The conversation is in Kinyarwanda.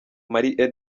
marie